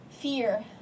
Fear